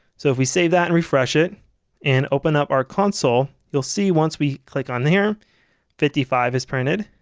so if we save that and refresh it and open up our console you'll see once we click on the here fifty five is printed,